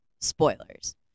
spoilers